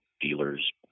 dealers